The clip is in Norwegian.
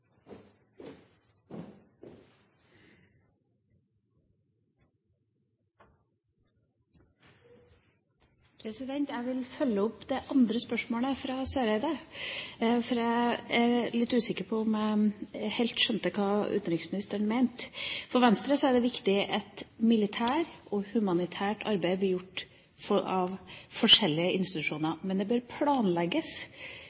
litt usikker på om jeg helt skjønte hva utenriksministeren mente. For Venstre er det viktig at militært og humanitært arbeid blir gjort av forskjellige